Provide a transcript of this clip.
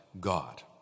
God